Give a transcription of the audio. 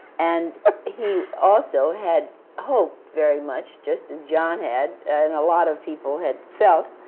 and he also had hoped very much, just as john had, and a lot of people had felt,